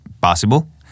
possible